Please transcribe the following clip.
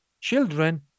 children